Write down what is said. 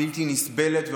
בלתי נסבלת,